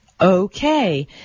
Okay